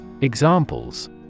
Examples